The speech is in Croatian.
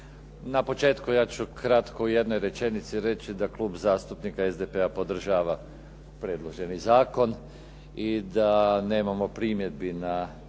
Na početku, ja ću kratko u jednoj rečenici reći da Klub zastupnika SDP-a podržava predloženi zakon i da nemamo primjedbi na